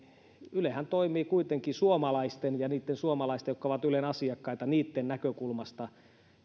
ylehän toimii kuitenkin suomalaisten ja niitten suomalaisten jotka ovat ylen asiakkaita näkökulmasta